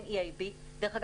דרך אגב,